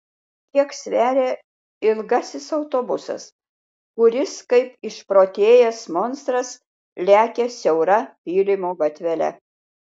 kiek sveria ilgasis autobusas kuris kaip išprotėjęs monstras lekia siaura pylimo gatvele